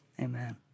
Amen